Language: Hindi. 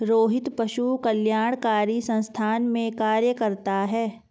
रोहित पशु कल्याणकारी संस्थान में कार्य करता है